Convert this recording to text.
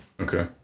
Okay